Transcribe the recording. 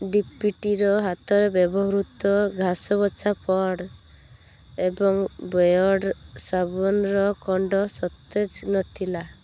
ଡିପିଟିର ହାତରେ ବ୍ୟବହୃତ ଘାସ ବଛା ପର୍ଡ଼ ଏବଂ ବେୟର୍ଡ଼ ସାବୁନର ଖଣ୍ଡ ସତେଜ ନଥିଲା